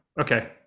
okay